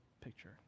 picture